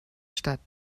stadt